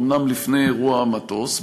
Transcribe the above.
אומנם לפני אירוע המטוס,